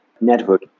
Network